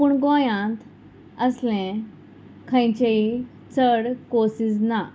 पूण गोंयांत असलें खंयचेय चड कोर्सीस ना